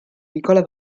nicola